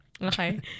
okay